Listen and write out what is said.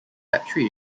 battery